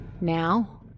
now